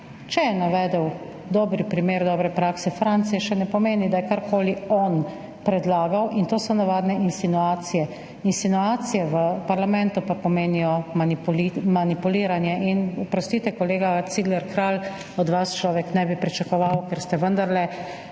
Če je navedel dober primer dobre prakse Francije, še ne pomeni, da je karkoli predlagal on. In to so navadne insinuacije. Insinuacije v parlamentu pa pomenijo manipuliranje. In oprostite, kolega Cigler Kralj, od vas človek ne bi pričakoval, ker ste vendarle